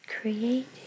Create